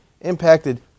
impacted